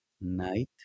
night